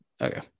okay